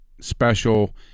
special